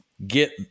Get